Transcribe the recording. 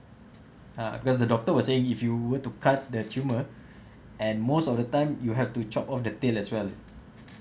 ah because the doctor was saying if you were to cut the tumor and most of the time you have to chop off the tail as well